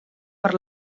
per